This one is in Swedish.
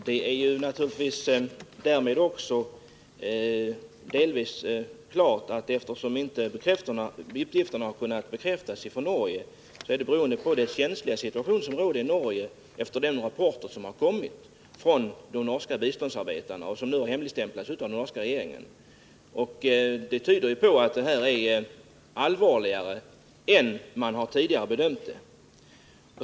Fru talman! Att Norge inte har kunnat bekräfta uppgifterna beror naturligtvis delvis på den känsliga situation som råder i Norge efter den rapport som lämnats av de norska biståndsarbetarna och som nu har hemligstämplats av den norska regeringen. Det här tyder på att saken är allvarligare än man tidigare bedömt.